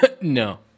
no